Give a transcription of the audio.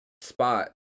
spot